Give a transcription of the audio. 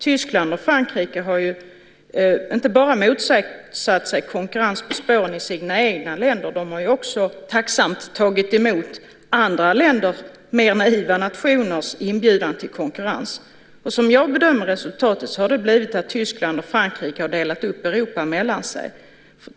Tyskland och Frankrike har ju inte bara motsatt sig konkurrens på spåren i sina egna länder, de har ju också tacksamt tagit emot andra, mer naiva, nationers inbjudan till konkurrens. Som jag bedömer resultatet har det blivit så att Tyskland och Frankrike har delat upp Europa mellan sig.